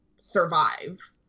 survive